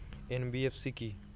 NBFC কী?